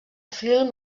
film